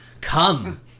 Come